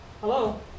Hello